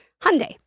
Hyundai